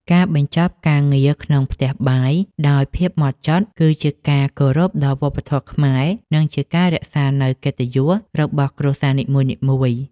ការបញ្ចប់ការងារក្នុងផ្ទះបាយដោយភាពហ្មត់ចត់ គឺជាការគោរពដល់វប្បធម៌ខ្មែរ និងជាការរក្សានូវកិត្តិយសរបស់គ្រួសារនីមួយៗ។